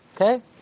Okay